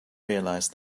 realized